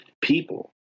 people